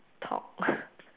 talk